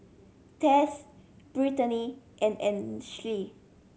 Tess Brittani and Ainsley